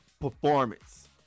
performance